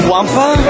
Wampa